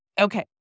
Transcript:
Okay